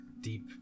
deep